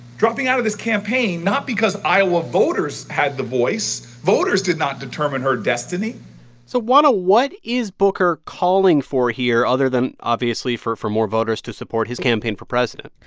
dropping out of this campaign? not because iowa voters had the voice. voters did not determine her destiny so juana, what is booker calling for here, other than, obviously, for for more voters to support his campaign for president?